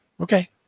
okay